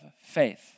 Faith